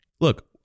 look